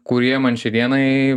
kurie man šiai dienai